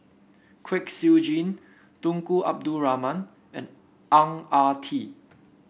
Kwek Siew Jin Tunku Abdul Rahman and Ang Ah Tee